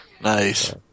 Nice